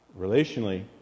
relationally